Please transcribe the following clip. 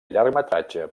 llargmetratge